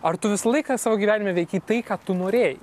ar tu visą laiką savo gyvenime veikei tai ką tu norėjai